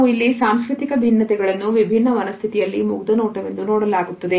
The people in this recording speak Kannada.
ನಾವು ಇಲ್ಲಿ ಸಾಂಸ್ಕೃತಿಕ ಭಿನ್ನತೆಗಳನ್ನು ವಿಭಿನ್ನ ಮನಸ್ಥಿತಿಯಲ್ಲಿ ಮುಗ್ಧ ನೋಟವೆಂದು ನೋಡಲಾಗುತ್ತದೆ